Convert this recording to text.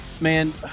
man